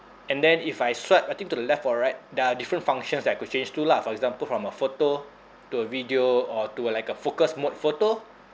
and then if I swipe I think to the left or right there are different functions that I could change to lah for example from a photo to a video or to a like a focus mode photo